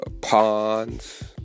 Ponds